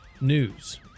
news